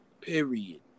period